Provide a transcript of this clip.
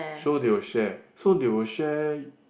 so they will share so they will share